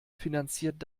finanziert